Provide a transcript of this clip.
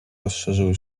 rozszerzyły